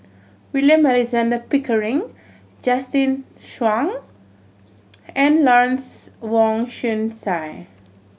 William Alexander Pickering Justin Zhuang and Lawrence Wong Shyun Tsai